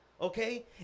Okay